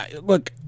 look